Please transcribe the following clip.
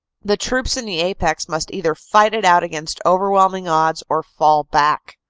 the troops in the apex must either fight it out against overwhelming odds or fall back.